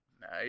Nice